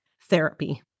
therapy